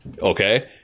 Okay